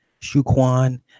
Shuquan